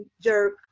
jerk